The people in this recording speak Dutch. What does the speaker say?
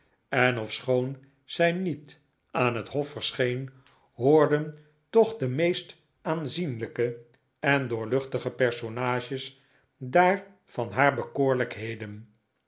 en ofschoon zij niet aan het hof verscheen hoorden toch de meest aanzienlijke en doorluchtige personages daar van haar bekoorlijkheden